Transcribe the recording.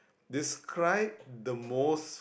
describe the most